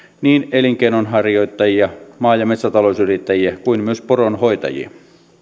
niin elinkeinonharjoittajia maa ja metsätalousyrittäjiä kuin myös poronhoitajia